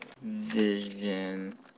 Vision